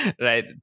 Right